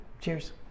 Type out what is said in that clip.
Cheers